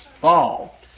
fall